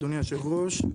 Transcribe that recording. אדוני היושב-ראש,